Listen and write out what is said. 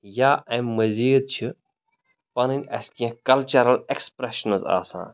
یا امۍ مٔزیٖد چھِ پَنٕنۍ اَسہِ کیٚنٛہہ کَلچَرَل اٮ۪کٕسپرٛٮ۪شنٕز آسان